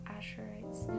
Asherites